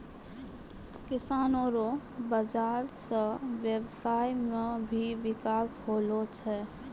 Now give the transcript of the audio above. किसानो रो बाजार से व्यबसाय मे भी बिकास होलो छै